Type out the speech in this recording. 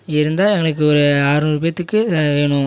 இருந்தால் எங்களுக்கு ஒரு ஆற்நூறு பேர்த்துக்கு வேணும்